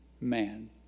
man